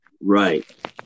right